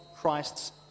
Christ's